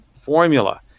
formula